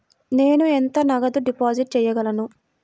నేను ఎంత నగదు డిపాజిట్ చేయగలను?